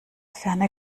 ferne